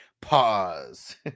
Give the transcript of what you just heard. Pause